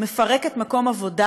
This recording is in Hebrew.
מפרקת מקום עבודה